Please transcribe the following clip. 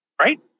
right